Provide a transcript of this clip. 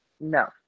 No